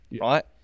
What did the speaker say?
right